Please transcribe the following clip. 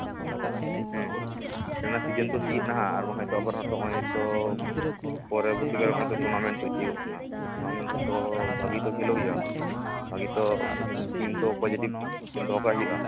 ᱦᱩᱸ ᱠᱷᱮᱞ ᱨᱮᱱᱟᱜ ᱥᱤᱡᱤᱱ ᱛᱚ ᱛᱤᱭᱟᱹᱜ ᱮᱱᱟ ᱦᱟᱸᱜ ᱟᱨᱵᱟᱝᱠᱷᱟᱱ ᱫᱚ ᱟᱵᱟᱨ ᱦᱟᱸᱜ ᱦᱚᱸᱜᱼᱚᱭ ᱛᱚ ᱯᱚᱨᱚᱵᱚᱨᱛᱤᱠᱟᱞᱨᱮ ᱦᱚᱸᱜᱼᱚᱭ ᱛᱚ ᱴᱩᱨᱱᱟᱢᱮᱱᱴ ᱛᱚ ᱛᱤᱭᱳᱜ ᱦᱤᱡᱩᱜ ᱠᱟᱱᱟ ᱴᱩᱨᱱᱟᱢᱮᱱᱴ ᱨᱮᱫᱚ ᱵᱷᱟᱜᱮ ᱛᱚ ᱠᱷᱮᱞᱳᱜ ᱦᱩᱭᱩᱜᱼᱟ ᱵᱷᱟᱜᱮ ᱛᱚ ᱴᱤᱢ ᱛᱚ ᱢᱤᱫᱴᱮᱱ ᱯᱚᱡᱮᱴᱤᱵᱷ ᱴᱤᱢ ᱛᱚ ᱫᱚᱦᱚ ᱠᱟᱜ ᱦᱩᱭᱩᱜᱼᱟ